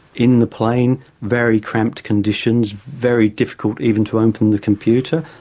in the plane, very cramped positions, very difficult even to open the computer.